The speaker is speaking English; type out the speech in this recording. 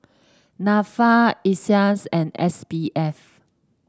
NAFA Iseas and S B F